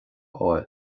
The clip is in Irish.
fháil